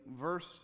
verse